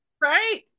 right